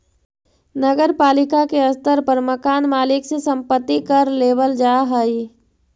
नगर पालिका के स्तर पर मकान मालिक से संपत्ति कर लेबल जा हई